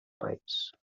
país